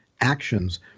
actions